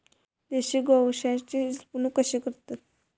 देशी गोवंशाची जपणूक कशी करतत?